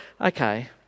okay